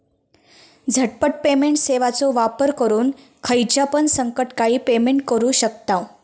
झटपट पेमेंट सेवाचो वापर करून खायच्यापण संकटकाळी पेमेंट करू शकतांव